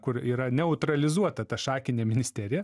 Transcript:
kur yra neutralizuota ta šakinė ministerija